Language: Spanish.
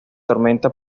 tormenta